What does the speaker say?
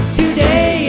today